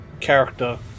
character